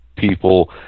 people